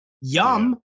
Yum